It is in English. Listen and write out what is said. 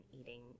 eating